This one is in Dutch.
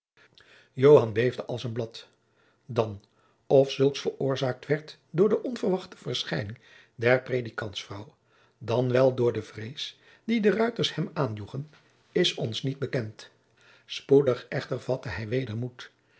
beefde als een blad dan of zulks veroorzaakt werd door de onverwachte verschijning der predikantsvrouw dan wel door de vrees die de ruiters hem aanjoegen is ons niet bekend spoedig echter vatte hij weder moed